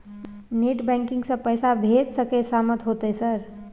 Net banking से पैसा भेज सके सामत होते सर?